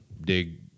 dig